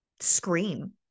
scream